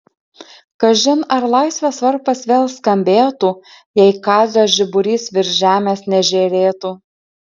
kažin ar laisvės varpas vėl skambėtų jei kazio žiburys virš žemės nežėrėtų